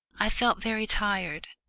i felt very tired,